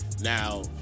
Now